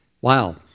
Wow